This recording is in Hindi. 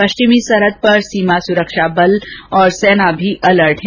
पष्विमी सरहद पर सीमा सुरक्षा बल और सेना भी अलर्ट हैं